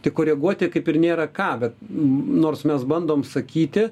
tai koreguoti kaip ir nėra ką bet nors mes bandom sakyti